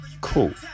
Cool